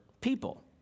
people